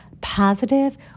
positive